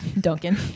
Duncan